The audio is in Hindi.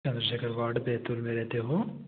चन्द्रशेखर वार्ड बैतूल में रहते हो